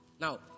Now